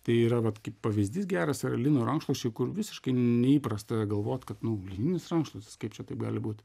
tai yra vat kaip pavyzdys geras yra lino rankšluosčiai kur visiškai neįprasta galvot kad nu lininis rankšluostiskaip čia taip gali būti